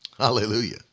Hallelujah